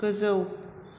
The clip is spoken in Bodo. गोजौ